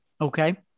Okay